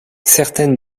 certaines